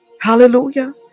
Hallelujah